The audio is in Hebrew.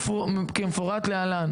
כמפורט להלן: